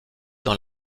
dans